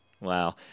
Wow